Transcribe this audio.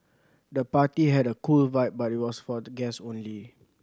the party had a cool vibe but it was for guests only